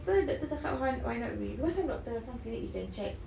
so the doctor cakap why why not we because some doctor some clinic they can check